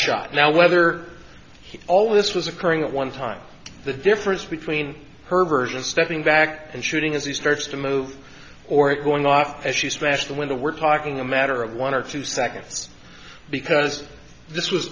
shot now whether all this was occurring at one time the difference between her version of stepping back and shooting as he starts to move or it going off as she smashed the window we're talking a matter of one or two seconds because this was